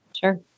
Sure